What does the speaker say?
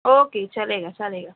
okay چلے گا چلے گا